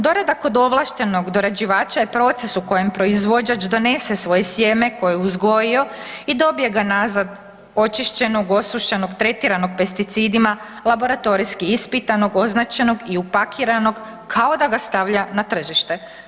Dorada kod ovlaštenog dorađivača je proces u kojem proizvođač donese svoje sjeme koje je uzgojio i dobije ga nazad očišćenog, osušenog, tretiranog pesticidima, laboratorijski ispitanog, označenog i upakiranog kao da ga stavlja na tržište.